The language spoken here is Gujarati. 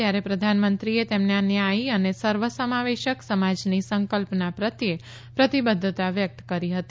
ત્યારે પ્રધાનમંત્રીએ તેમના ન્યાથી અને સર્વસમાવેશક સમાજની સંકલ્પના પ્રત્યે પ્રતિબદ્વતા વ્યક્ત કરી હતી